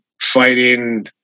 fighting